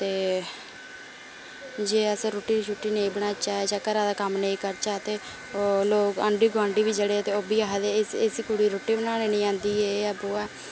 ते जे असें रुट्टी शुटी नेईं बनाचै घरै दा कम्म नी करचै ते ओह् लोग आंढी गुआंढी बी जेहडे़ ते ओह् बी आखदे इस कुड़ी गी रुट्टी बनाना नी आंदी ऐ हे बो ऐ